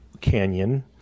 canyon